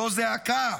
זו זעקה.